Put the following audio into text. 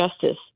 justice